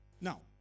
Now